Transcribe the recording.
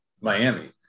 Miami